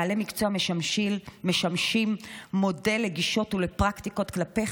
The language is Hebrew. בעלי מקצוע משמשים מודל לגישות ולפרקטיקות כלפי